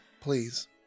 please